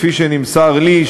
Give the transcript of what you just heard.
כפי שנמסר לי,